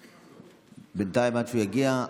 בינתיים, עד שהוא יגיע,